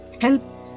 help